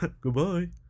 Goodbye